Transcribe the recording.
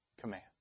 command